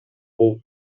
бул